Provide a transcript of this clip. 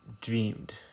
dreamed